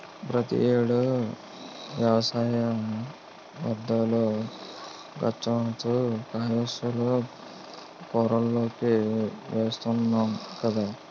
ప్రతి ఏడు వ్యవసాయ వ్యర్ధాలు కాల్చడంతో కాలుష్య కోరల్లోకి వెలుతున్నాం గదా